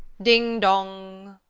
ding, dong!